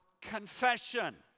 Confession